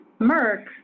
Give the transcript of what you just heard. Merck